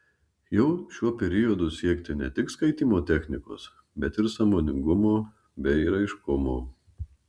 jau šiuo periodu siekti ne tik skaitymo technikos bet ir sąmoningumo bei raiškumo